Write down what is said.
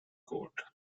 court